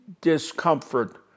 discomfort